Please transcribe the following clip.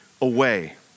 away